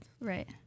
Right